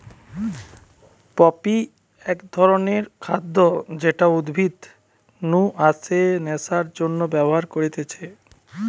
poppy এক ধরণের খাদ্য যেটা উদ্ভিদ নু আসে নেশার জন্যে ব্যবহার করতিছে